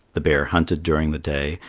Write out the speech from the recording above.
the bear hunted during the day,